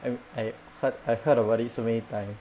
I heard I heard about so many times